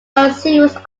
consumers